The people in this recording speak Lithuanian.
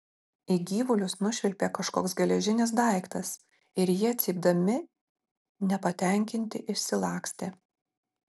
į gyvulius nušvilpė kažkoks geležinis daiktas ir jie cypdami nepatenkinti išsilakstė